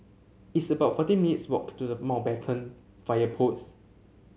it's about fourteen minutes' walk to the Mountbatten Fire Post